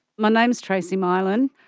my name is tracy mylan.